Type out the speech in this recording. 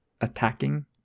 attacking